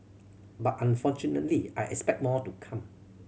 but unfortunately I expect more to come